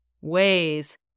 ways